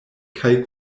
kaj